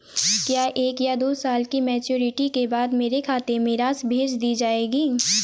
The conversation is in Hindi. क्या एक या दो साल की मैच्योरिटी के बाद मेरे खाते में राशि भेज दी जाएगी?